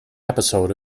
episode